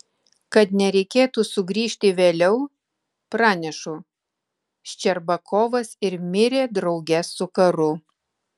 kad nereikėtų sugrįžti vėliau pranešu ščerbakovas ir mirė drauge su karu